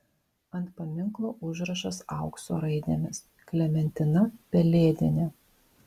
ant paminklo užrašas aukso raidėmis klementina pelėdienė